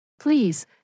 Please